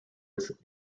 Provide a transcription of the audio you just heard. its